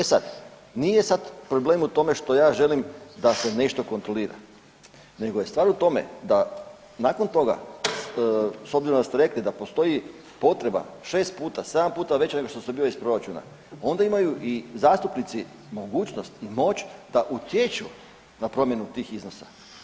E sad, nije sad problem u tome što ja želim da se nešto kontrolira, nego je stvar u tome da nakon toga, s obzirom da ste rekli da postoji potreba, 6 puta, 7 puta veća nego što se dobiva iz proračuna, onda imaju i zastupnici mogućnost i moć da utječu na promjenu tih iznosa.